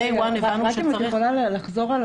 אם את יכולה לחזור על